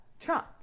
Trump